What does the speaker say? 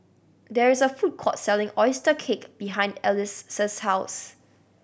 there is a food court selling oyster cake behind Alice house